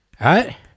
right